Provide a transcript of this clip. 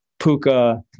Puka